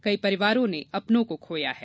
कई परिवारों ने अपनों को खोया है